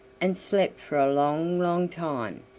and slept for a long, long time.